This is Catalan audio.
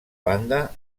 banda